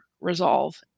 resolve